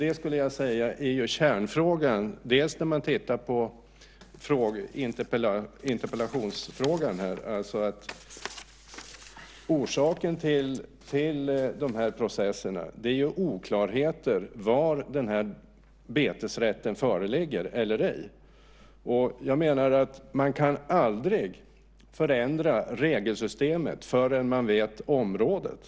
Det skulle jag vilja säga är kärnfrågan bland annat sett till vad det frågas om i interpellationen. Orsaken till de här processerna är ju oklarheter kring var betesrätten föreligger eller ej. Jag menar att man aldrig kan förändra regelsystemet förrän man vet området.